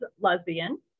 lesbian